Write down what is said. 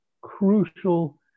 crucial